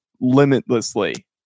limitlessly